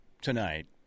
tonight